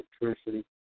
electricity